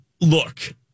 Look